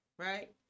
Right